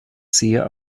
sehr